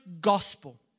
gospel